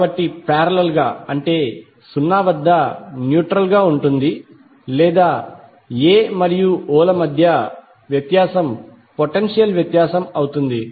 కాబట్టి పారేలల్ గా అంటే సున్నా వద్ద న్యూట్రల్ గా ఉంటుంది లేదా a మరియు o ల మధ్య వ్యత్యాసం పొటెన్షియల్ వ్యత్యాసం అవుతుంది